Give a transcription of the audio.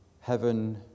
heaven